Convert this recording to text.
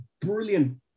brilliant